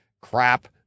crap